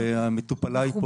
ומטופליי